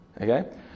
Okay